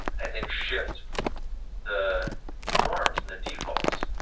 i think, shift the norms and the defaults.